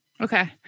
Okay